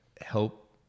help